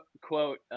quote